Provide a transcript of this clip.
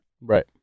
Right